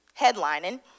headlining